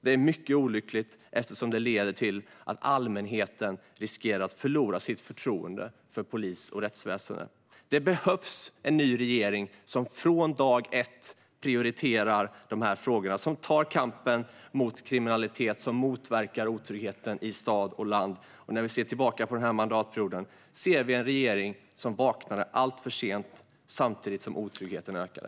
Det är mycket olyckligt, eftersom det leder till att allmänheten riskerar att förlora sitt förtroende för polis och rättsväsen. Det behövs en ny regering som från dag ett prioriterar dessa frågor - en regering som tar upp kampen mot kriminalitet och motverkar otryggheten i stad och land. När vi ser tillbaka på den här mandatperioden ser vi en regering som vaknade alltför sent samtidigt som otryggheten ökade.